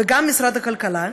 וגם משרד הכלכלה,